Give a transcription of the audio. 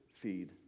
Feed